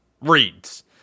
reads